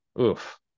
Oof